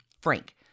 Frank